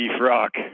Rock